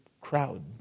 crowd